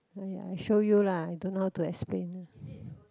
oh ya I show you lah I don't know how to explain lah